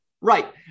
Right